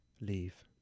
Leave